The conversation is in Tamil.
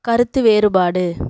கருத்து வேறுபாடு